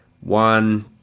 One